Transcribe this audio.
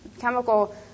Chemical